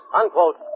unquote